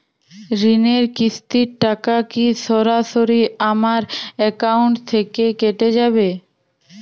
ঋণের কিস্তির টাকা কি সরাসরি আমার অ্যাকাউন্ট থেকে কেটে যাবে?